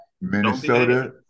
minnesota